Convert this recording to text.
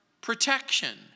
protection